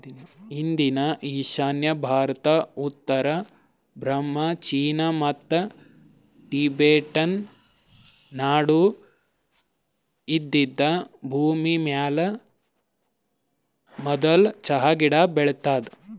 ಇಂದಿನ ಈಶಾನ್ಯ ಭಾರತ, ಉತ್ತರ ಬರ್ಮಾ, ಚೀನಾ ಮತ್ತ ಟಿಬೆಟನ್ ನಡು ಇದ್ದಿದ್ ಭೂಮಿಮ್ಯಾಲ ಮದುಲ್ ಚಹಾ ಗಿಡ ಬೆಳದಾದ